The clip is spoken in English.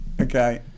Okay